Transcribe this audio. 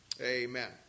Amen